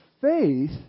faith